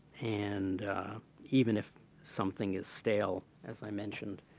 and even if something is stale, as i mentioned,